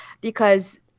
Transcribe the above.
because-